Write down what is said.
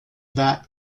that